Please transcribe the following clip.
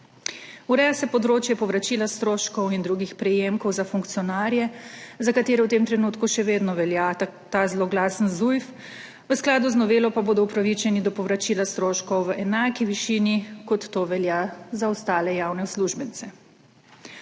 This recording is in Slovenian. Ureja se področje povračila stroškov in drugih prejemkov za funkcionarje, za katere v tem trenutku še vedno velja ta zloglasen Zujf, v skladu z novelo pa bodo upravičeni do povračila stroškov v enaki višini, kot to velja za ostale javne uslužbence.